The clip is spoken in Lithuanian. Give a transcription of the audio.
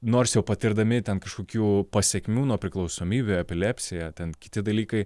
nors jau patirdami ten kažkokių pasekmių nuo priklausomybių epilepsija ten kiti dalykai